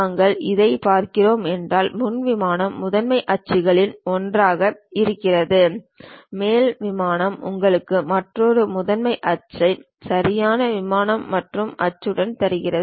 நாங்கள் இதைப் பார்க்கிறீர்கள் என்றால் முன் விமானம் முதன்மை அச்சுகளில் ஒன்றைக் குறிக்கிறது மேல் விமானம் உங்களுக்கு மற்றொரு முதன்மை அச்சையும் சரியான விமானம் மற்றொரு அச்சையும் தருகிறது